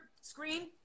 screen